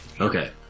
Okay